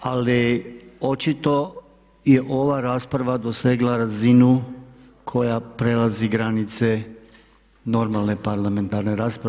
Ali očito je ova rasprava dosegla razinu koja prelazi granice normalne parlamentarne rasprave.